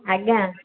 ଆଜ୍ଞା